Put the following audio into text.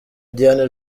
diane